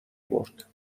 برد